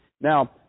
Now